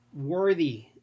worthy